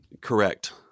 Correct